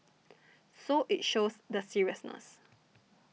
so it shows the seriousness